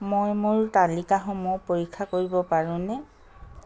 মই মোৰ তালিকাসমূহ পৰীক্ষা কৰিব পাৰোনে